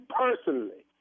personally